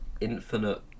infinite